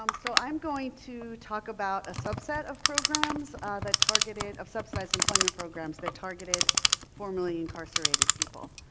um so i'm going to talk about a subset of programs that targeted, of subsidized employment programs that targeted formerly incarcerated people.